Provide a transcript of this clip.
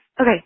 Okay